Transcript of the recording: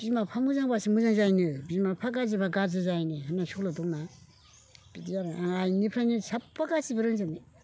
बिमा बिफा मोजांबासो मोजां जायोनो बिमा बिफाया गाज्रिबा गाज्रि जायोनो होननाय सल' दंना बिदि आरो आं आइनिफ्रायनो साफा गासैबो रोंजोबनाय